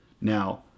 now